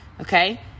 okay